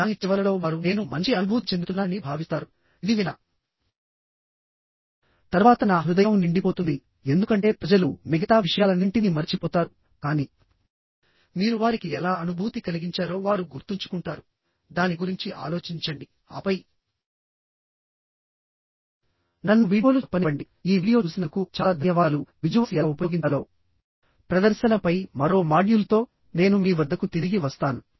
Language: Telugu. దాని చివరలో వారు నేను మంచి అనుభూతి చెందుతున్నానని భావిస్తారు ఇది విన్న తర్వాత నా హృదయం నిండిపోతుంది ఎందుకంటే ప్రజలు మిగతా విషయాలన్నింటినీ మరచిపోతారు కానీ మీరు వారికి ఎలా అనుభూతి కలిగించారో వారు గుర్తుంచుకుంటారుదాని గురించి ఆలోచించండిఆపై నన్ను వీడ్కోలు చెప్పనివ్వండి ఈ వీడియో చూసినందుకు చాలా ధన్యవాదాలువిజువల్స్ ఎలా ఉపయోగించాలో ప్రదర్శనపై మరో మాడ్యూల్తో నేను మీ వద్దకు తిరిగి వస్తాను